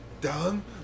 dumb